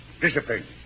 Discipline